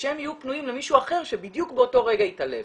ושהם יהיו פנויים למישהו אחר שבדיוק באותו רגע התעלף.